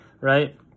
right